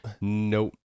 Nope